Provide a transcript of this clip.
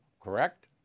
correct